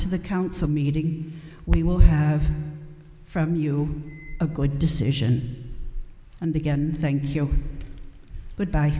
to the council meeting we will have from you a good decision and begin thank you but by